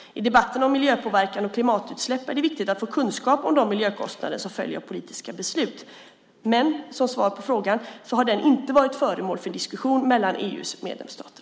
I debatten om miljöpåverkan och klimatutsläpp är det viktigt att få kunskap om de miljökostnader som följer av politiska beslut. Men frågan har inte varit föremål för diskussion mellan EU:s medlemsstater.